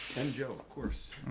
and jo. of course.